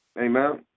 Amen